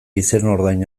izenordain